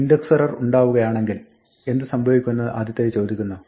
ഒരു index error ഉണ്ടാവുകയാണെങ്കിൽ എന്ത് സംഭവിക്കുമെന്ന് ആദ്യത്തേത് ചോദിക്കുന്നു